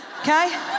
Okay